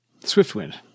Swiftwind